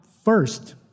First